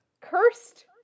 Cursed